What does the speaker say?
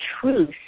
truth